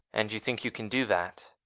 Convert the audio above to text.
and you think you can do that?